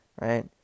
right